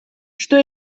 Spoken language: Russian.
что